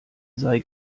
sei